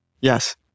Yes